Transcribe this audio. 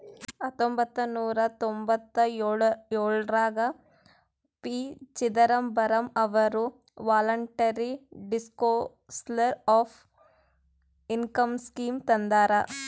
ಹತೊಂಬತ್ತ ನೂರಾ ತೊಂಭತ್ತಯೋಳ್ರಾಗ ಪಿ.ಚಿದಂಬರಂ ಅವರು voluntary disclosure of income scheme ತಂದಾರ